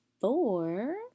four